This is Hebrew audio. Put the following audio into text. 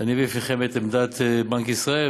אני מביא לפניכם את עמדת בנק ישראל,